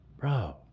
bro